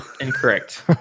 Incorrect